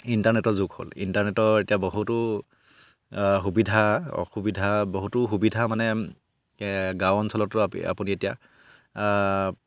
ইণ্টাৰনেটৰ যুগ হ'ল ইণ্টাৰনেটৰ এতিয়া বহুতো সুবিধা অসুবিধা বহুতো সুবিধা মানে গাঁও অঞ্চলতো আপুনি এতিয়া